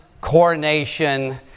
coronation